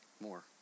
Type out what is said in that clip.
more